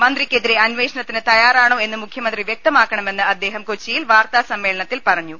മന്ത്രിക്കെതിരെ അന്വേഷണത്തിന് തയ്യാറാണോ എന്ന് മുഖ്യമന്ത്രി വ്യക്തമാക്ക ണമെന്ന് അദ്ദേഹം കൊച്ചിയിൽ വാർത്താസമ്മേളനത്തിൽ പറ ഞ്ഞു